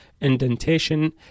indentation